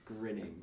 grinning